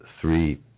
three